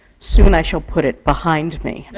soon i shall put it behind me,